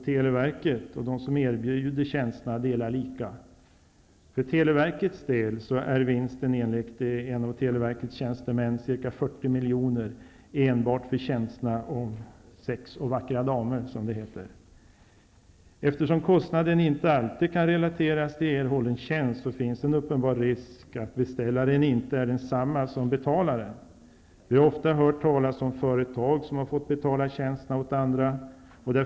Televerket och de som erbjuder tjänsterna delar lika. Enligt en av televerkets tjänstemän är vinsten för televerkets del ca 40 miljoner enbart för tjänsterna ''sex och vackra damer''. Eftersom kostnaden inte alltid kan relateras till erhållen tjänst, finns en uppenbar risk att beställaren inte är densamma som betalaren. Vi får ofta höra talas om företag som har fått betala tjänster åt andra.